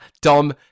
Dom